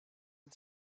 and